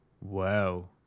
Wow